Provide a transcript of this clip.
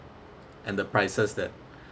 and the prices that